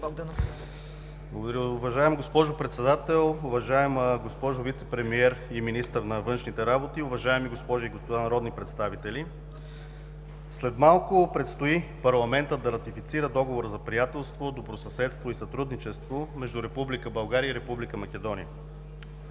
Благодаря. Уважаема госпожо Председател, уважаема госпожо Вицепремиер и министър на външните работи, уважаеми госпожи и господа народни представители! След малко предстои парламентът да ратифицира Договора за приятелство, добросъседство и сътрудничество между Република България и Република Македония.